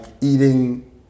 eating